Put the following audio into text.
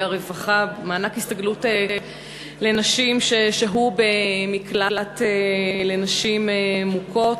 רווחה (מענק הסתגלות לנשים ששהו במקלט לנשים מוכות)